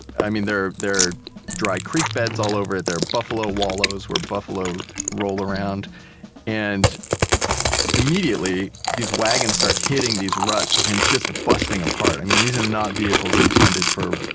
i mean, there are dry creek beds all over it, there are buffalo wallows where buffalo rolled around and immediately, these wagons start hitting these ruts and just busting apart. i mean, these are not vehicles intended for,